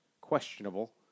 questionable